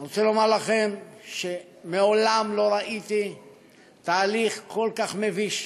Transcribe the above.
אני רוצה לומר לכם שמעולם לא ראיתי תהליך כל כך מביש,